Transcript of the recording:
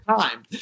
time